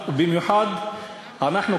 במיוחד אנחנו,